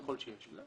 ככל שיש.